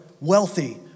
wealthy